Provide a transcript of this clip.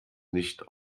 nicht